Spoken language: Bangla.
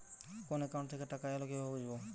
কোন একাউন্ট থেকে টাকা এল কিভাবে বুঝব?